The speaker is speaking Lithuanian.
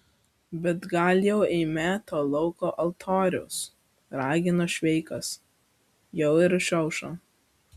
bet gal jau eime to lauko altoriaus ragino šveikas jau ir išaušo